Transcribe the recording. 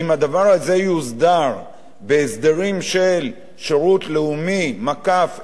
ובמיוחד אם הדבר הזה יוסדר בהסדרים של שירות לאומי אזרחי,